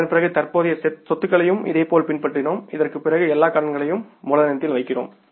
அதன்பிறகு தற்போதைய சொத்துகளையும் இதேபோல் பின்பற்றினோம் இதற்குப் பிறகு எல்லா கடன்களையும் மூலதனத்தில் வைக்கிறோம்